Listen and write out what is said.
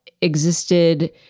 existed